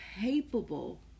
capable